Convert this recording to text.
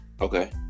Okay